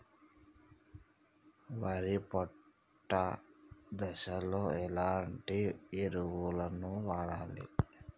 వరి పొట్ట దశలో ఎలాంటి ఎరువును వాడాలి?